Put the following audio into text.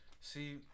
See